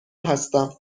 هستم